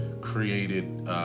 created